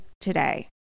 today